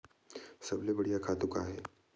सबले बढ़िया खातु का हे?